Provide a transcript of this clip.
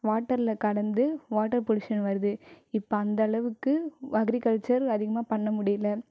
வாட்டரில் கலந்து water pollution வருது இப்போ அந்த அளவுக்கு அக்ரிகல்ச்சர் அதிகமாக பண்ண முடியல